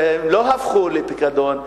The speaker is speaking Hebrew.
שהם לא הפכו לפיקדון.